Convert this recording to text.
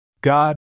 God